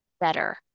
better